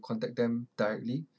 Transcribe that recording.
contact them directly